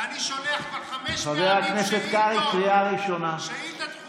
ואני שולח כבר חמש פעמים שאילתות.